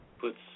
puts